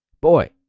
boy